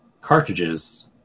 cartridges